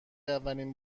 اولین